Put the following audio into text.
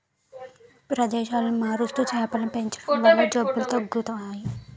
ప్రదేశాలను మారుస్తూ చేపలను పెంచడం వల్ల జబ్బులు తక్కువస్తాయి